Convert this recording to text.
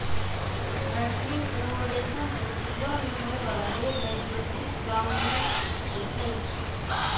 मैटीन एगो रेशम के पिलूआ में होय बला रोग हई जे शीत काममे होइ छइ